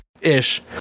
ish